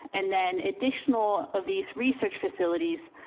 and then additional of these research facilities,